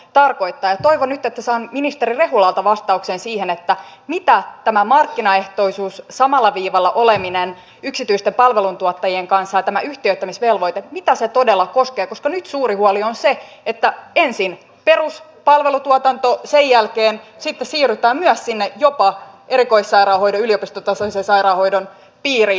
toivon nyt että saan ministeri rehulalta vastauksen siihen mitä tämä markkinaehtoisuus samalla viivalla oleminen yksityisten palveluntuottajien kanssa ja tämä yhtiöittämisvelvoite todella koskee koska nyt suuri huoli on se että ensin peruspalvelutuotanto sitten siirrytään myös jopa sinne erikoissairaanhoidon yliopistotasoisen sairaanhoidon piiriin